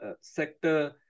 sector